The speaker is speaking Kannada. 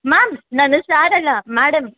ಮ್ಯಾಮ್ ನಾನು ಸಾರ್ ಅಲ್ಲ ಮ್ಯಾಡಮ್